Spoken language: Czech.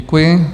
Děkuji.